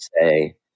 say